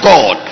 God